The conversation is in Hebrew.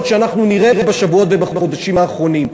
שאנחנו נראה בשבועות ובחודשים האחרונים.